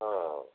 ହଁ